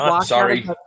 Sorry